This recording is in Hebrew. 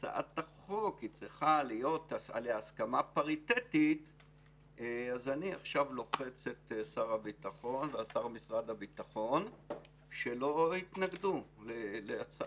לתת איזושהי פרספקטיבה שלעיתים בתוך הדיונים של הפרטים לא רואים אותה.